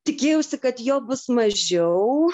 tikėjausi kad jo bus mažiau